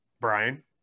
Brian